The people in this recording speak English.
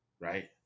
right